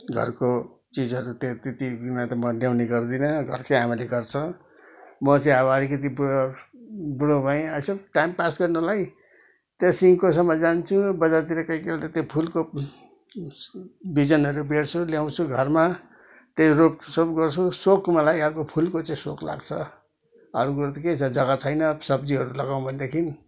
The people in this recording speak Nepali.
घरको चिजहरू त त्यति म ल्याउने गर्दिनँ घरकै आमाले गर्छ म चाहिँ अब अलिकति बुढो बुढो भएँ यसो टाइम पास गर्नलाई त्यहाँ सिंहकोसम्म जान्छु बजारतिर कोही कोही बेला त्यहाँ फुलको बिजनहरू बेर्छु ल्याउँछु घरमा त्यही रोपसोप गर्छु सोख मलाई अब फुलको सोख चाहिँ लाग्छ अरू कुरो त के छ जग्गा छैन सब्जीहरू लगाउँ भनेदेखि